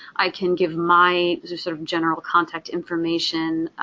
i can give my sort of general contact information,